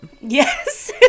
Yes